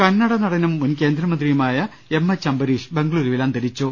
കന്നട നടനും മുൻകേന്ദ്രമന്ത്രിയുമായ M H Ambareesh ബംഗളൂരുവിൽ അന്തരിച്ചു